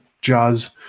jazz